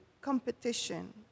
competition